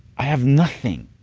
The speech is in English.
i have nothing,